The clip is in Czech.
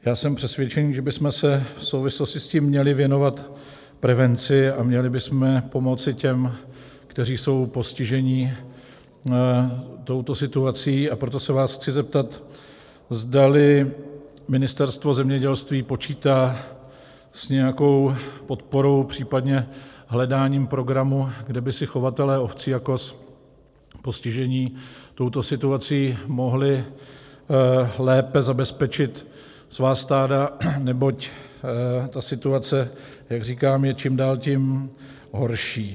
Já jsem přesvědčen, že bychom se v souvislosti s tím měli věnovat prevenci a měli bychom pomoci těm, kteří jsou postiženi touto situací, a proto se vás chci zeptat, zdali Ministerstvo zemědělství počítá s nějakou podporou, případně hledáním programu, kde by si chovatelé ovcí a koz, postižení touto situací, mohli lépe zabezpečit svá stáda, neboť ta situace, jak říkám, je čím dál tím horší.